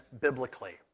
Biblically